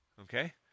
Okay